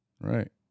Right